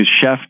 chef